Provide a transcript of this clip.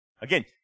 Again